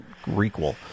Requel